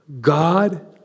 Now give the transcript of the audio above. God